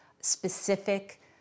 specific